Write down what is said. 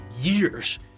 years